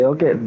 Okay